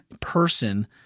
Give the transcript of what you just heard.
person